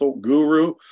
guru